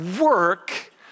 work